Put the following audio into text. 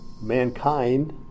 mankind